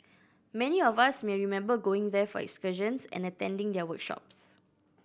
many of us may remember going there for excursions and attending their workshops